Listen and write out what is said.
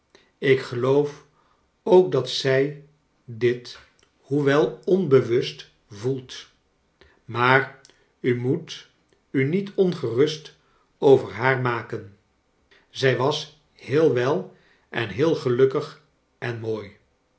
ik geloof ook dat zij dit hoewel onbewust voelt maar u moet u niet ongerust over haar maken zij was heel wel en heel gelukkig en mooi